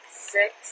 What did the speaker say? six